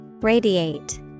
Radiate